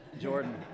Jordan